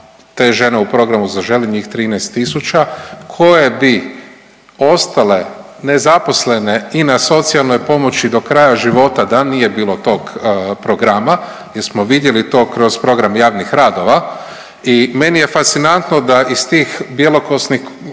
te žene u programu Zaželi, njih 13 000 koje bi ostale nezaposlene i na socijalnoj pomoći do kraja života da nije bilo tog programa jer smo vidjeli to kroz program javnih radova i meni je fascinantno iz tih bjelokosnih